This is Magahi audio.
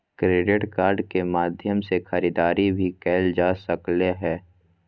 क्रेडिट कार्ड के माध्यम से खरीदारी भी कायल जा सकले हें